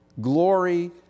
Glory